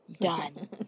done